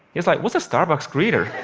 he was like, what's a starbucks greeter?